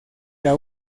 era